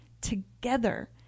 together